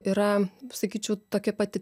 yra sakyčiau tokia pati